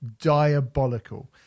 diabolical